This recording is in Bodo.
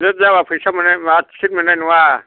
लेट जाब्ला फैसा माबा टिकेट मोननाय नङा